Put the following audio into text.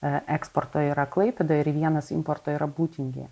e eksporto yra klaipėdoj ir vienas importo yra būtingėje